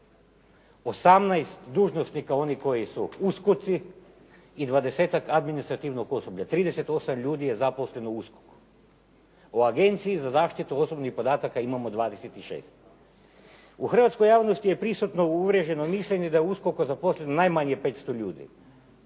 18 dužnosnika oni koji su uskoci i 20-tak administrativnog osoblja. 38 ljudi je zaposleno u USKOK-u. U Agenciji za zaštitu osobnih podataka imamo 26. U Hrvatskoj javnosti je prisutno uvriježeno mišljenje da je u USKOK-u zaposleno najmanje 500 ljudi,